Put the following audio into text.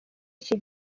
iki